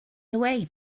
away